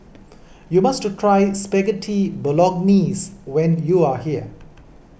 you must try Spaghetti Bolognese when you are here